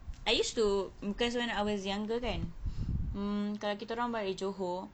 I used to because when I was younger kan mm kalau kitaorang balik johor